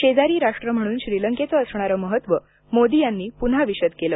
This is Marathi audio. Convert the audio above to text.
शेजारी राष्ट्र म्हणून श्रीलंकेचं असणारं महत्त्व मोदी यांनी पुन्हा विशद केलं